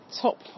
top